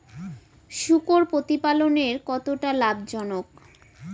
শূকর প্রতিপালনের কতটা লাভজনক?